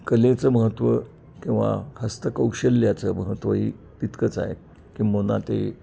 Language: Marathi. कलेचं महत्त्व किंवा हस्तकौशल्याचं महत्त्व ही तितकंच आहे किंबहुना ते